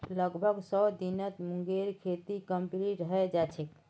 लगभग सौ दिनत मूंगेर खेती कंप्लीट हैं जाछेक